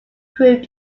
proved